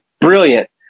brilliant